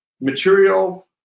material